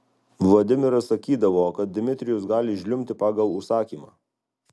vladimiras sakydavo kad dmitrijus gali žliumbti pagal užsakymą